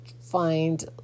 find